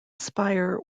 spire